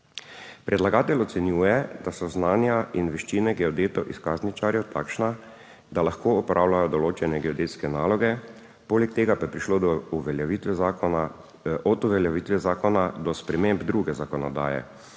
Predlagatelj ocenjuje, da so znanja in veščine geodetov izkazničarjev takšne, da lahko opravljajo določene geodetske naloge, poleg tega pa je prišlo od uveljavitve zakona do sprememb druge zakonodaje